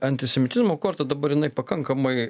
antisemitizmo korta dabar jinai pakankamai